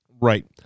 Right